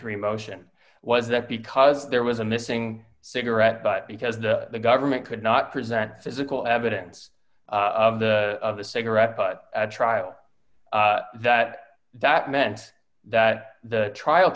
three motion wasn't because there was a missing cigarette but because the government could not present physical evidence of the cigarette but at trial that that meant that the trial